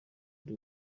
kuri